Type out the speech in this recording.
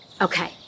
Okay